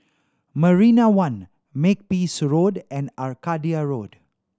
Marina One Makepeace Road and Arcadia Road